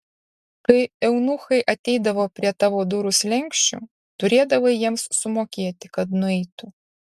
kai eunuchai ateidavo prie tavo durų slenksčio turėdavai jiems sumokėti kad nueitų